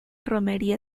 romería